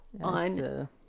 on